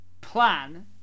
plan